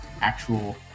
actual